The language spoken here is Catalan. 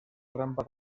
rampa